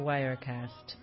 Wirecast